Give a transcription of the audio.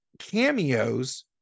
cameos